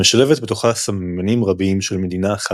המשלבת בתוכה סממנים רבים של מדינה אחת,